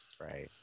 Right